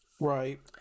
Right